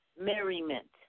merriment